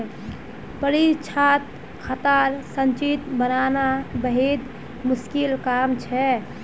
परीक्षात खातार संचित्र बनाना बेहद मुश्किल काम छ